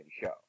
show